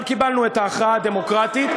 אבל קיבלנו את ההכרעה הדמוקרטית.